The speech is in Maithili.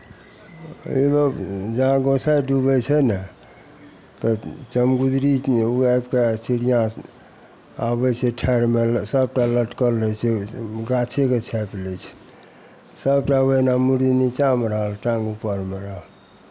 एगो जहाँ गोसाँइ डूबै छै ने तऽ चमगुदरी ओ आबि कऽ चिड़ियाँ आबै छै ठाढ़िमे सभटा लटकल रहै छै ओ गाछेकेँ छापि लै छै सभटा ओ ओहिना मुरी नीचाँमे रहल टाँङ्ग ऊपरमे रहल